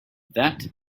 that